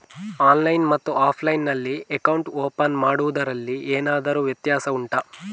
online ಮತ್ತು offline ನಲ್ಲಿ account open ಮಾಡುವುದರಲ್ಲಿ ಎಂತಾದರು ವ್ಯತ್ಯಾಸ ಉಂಟಾ